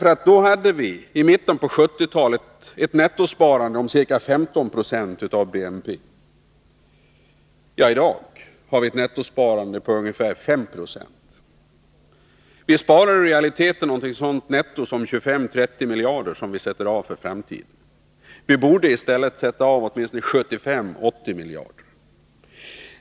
I mitten av 1970-talet hade vi ett nettosparande påca 15 96 av BNP. I dag har vi ett nettosparande på ungefär 5 90 av BNP. Vi sparari realiteten 25-30 miljarder netto. Det är vad vi sätter av för framtiden. Vi borde i stället sätta av ungefär 75-80 miljarder.